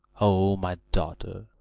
o, my daughter!